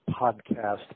podcast